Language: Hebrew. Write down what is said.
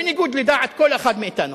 בניגוד לדעת כל אחד מאתנו,